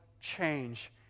change